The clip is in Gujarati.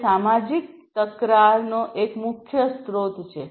તે સામાજિક તકરારનો એક મુખ્ય સ્રોત છે